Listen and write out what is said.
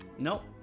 Nope